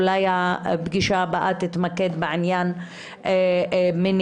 אולי הפגישה הבאה תתמקד בעניין מניעה,